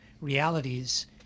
realities